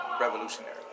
revolutionary